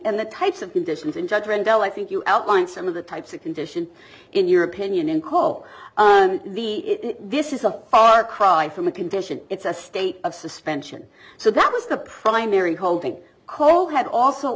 and the types of conditions and judge rendell i think you outlined some of the types of condition in your opinion in co the this is a far cry from a condition it's a state of suspension so that was the primary holding cole had also